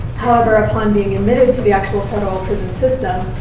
however, upon being admitted to the actual federal prison system,